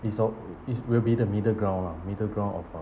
i~ so it will be the middle ground lah middle ground of uh